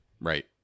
right